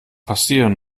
passieren